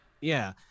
yeah-